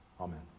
Amen